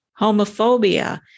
homophobia